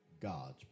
God's